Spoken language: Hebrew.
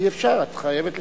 אי-אפשר, את חייבת לסיים.